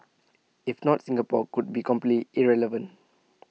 if not Singapore could be completely irrelevant